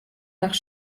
nach